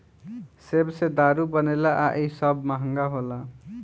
सेब से दारू बनेला आ इ सब महंगा होला